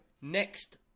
next